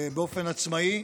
באופן עצמאי,